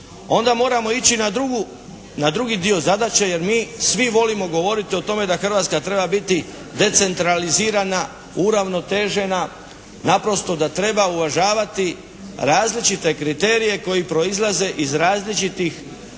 onda moramo ići na drugi dio zadaće jer mi svi volimo govoriti o tome da Hrvatska treba biti decentralizirana, uravnotežena, naprosto da treba uvažavati različite kriterije koji proizlaze iz različitih